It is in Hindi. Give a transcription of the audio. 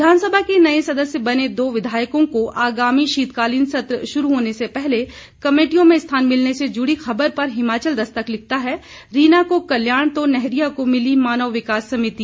विधानसभा के नए सदस्य बने दो विधायकों को आगामी शीतकालीन सत्र शुरू होने से पहले कमेटियों में स्थान मिलने से जुड़ी ख़बर पर हिमाचल दस्तक लिखता है रीना को कल्याण तो नैहरिया को मिली मानव विकास समिति